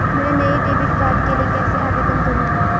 मैं नए debit card के लिए कैसे आवेदन करूं?